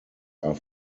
are